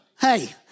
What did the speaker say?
Hey